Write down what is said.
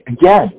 again